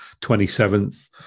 27th